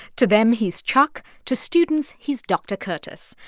to them, he's chuck. to students, he's dr. curtis.